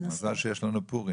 יש לנו פורים